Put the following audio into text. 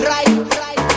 Right